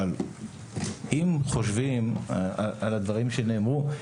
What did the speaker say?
אבל אם חושבים על הדברים שנאמרו,